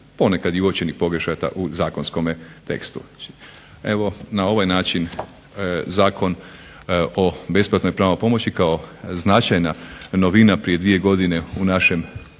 ponekad i uočenih pogrešaka u zakonskome tekstu. Evo, na ovaj način Zakon o besplatnoj pravnoj pomoći kao značajna novina prije dvije godine u našem